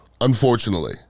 unfortunately